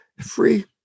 free